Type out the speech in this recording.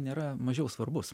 nėra mažiau svarbus